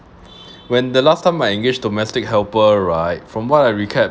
when the last time I engaged domestic helper right from what I recap